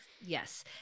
Yes